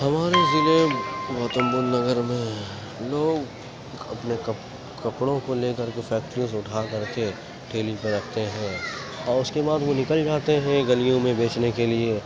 ہمارے ضلع میں گوتم بدھ نگر میں لوگ اپنے کپ کپڑوں کو لے کر کے فیکٹریوں سے اٹھا کر کے ٹھیلی پہ رکھتے ہیں اور اس کے بعد وہ نکل جاتے ہیں گلیوں میں بیچنے کے لیے